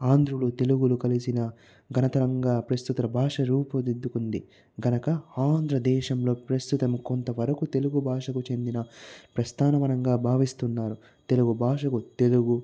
ఆంధ్రులు తెలుగు కలిపిన తరతరంగా ప్రస్తుత భాష రూపుదిద్దుకుంది కనుక ఆంధ్ర దేశంలో ప్రస్తుతం కొంత వరకు తెలుగు భాషకు చెందిన ప్రస్థానవనంగా భావిస్తున్నారు తెలుగు భాషను తెలుగు